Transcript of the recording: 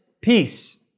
peace